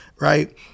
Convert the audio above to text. right